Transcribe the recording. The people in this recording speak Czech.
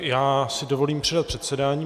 Já si dovolím předat předsedání.